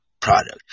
product